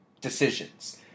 decisions